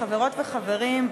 חברות וחברים,